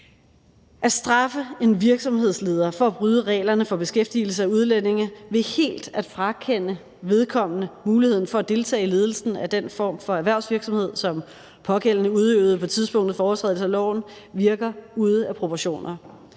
At straffe en virksomhedsleder for at bryde reglerne for beskæftigelse af udlændinge ved helt at frakende vedkommende muligheden for at deltage i ledelsen af den form for erhvervsvirksomhed, som pågældende udøvede på tidspunktet for overtrædelse af loven, virker ude af proportioner,